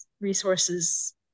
resources